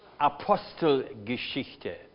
Apostelgeschichte